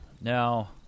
Now